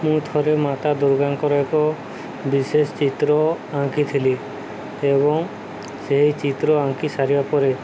ମୁଁ ଥରେ ମାତା ଦୁର୍ଗାଙ୍କର ଏକ ବିଶେଷ ଚିତ୍ର ଆଙ୍କିଥିଲି ଏବଂ ସେହି ଚିତ୍ର ଆଙ୍କି ସାରିବା ପରେ